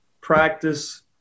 practice